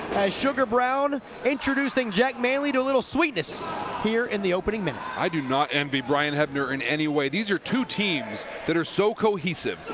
as sugar brown introducing jack manly to a little sweetness here in the opening minute. ja i do not envy brian hebner in any way. these are two teams that are so cohesive.